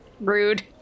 Rude